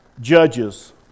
judges